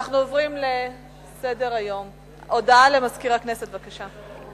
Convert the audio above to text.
הודעה לסגן מזכירת הכנסת, בבקשה.